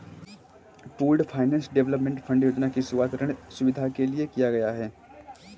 pooled finance development fund योजना की शुरूआत ऋण सुविधा के लिए किया गया है